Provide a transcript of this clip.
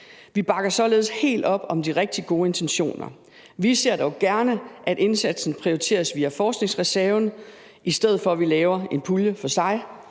Vi bakker således helt op om de rigtig gode intentioner, men vi ser dog gerne, at indsatsen prioriteres via forskningsreserven, i stedet for at vi laver en pulje for sig,